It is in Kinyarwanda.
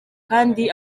kandi